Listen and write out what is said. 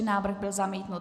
Návrh byl zamítnut.